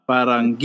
Parang